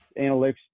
analytics